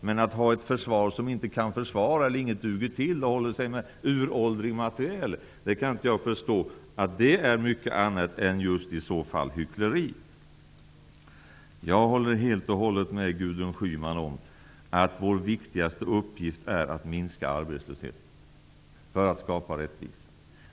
Men att ha ett försvar som inte kan försvara och inget duger till, eller som håller sig med uråldrig materiel, kan jag i så fall inte förstå är mycket annat än hyckleri. Jag håller helt och hållet med Gudrun Schyman om att vår viktigaste uppgift för att skapa rättvisa är att minska arbetslösheten.